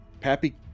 Pappy